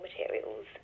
materials